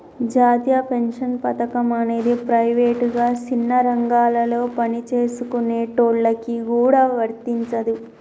జాతీయ పెన్షన్ పథకం అనేది ప్రైవేటుగా సిన్న రంగాలలో పనిచేసుకునేటోళ్ళకి గూడా వర్తించదు